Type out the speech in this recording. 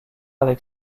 avec